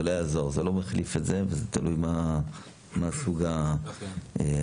זה לא תחליף, זה תלוי מהי סוג הקריאה.